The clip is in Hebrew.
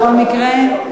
בכל מקרה,